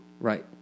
Right